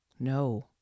No